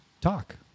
talk